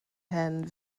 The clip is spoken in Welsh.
hen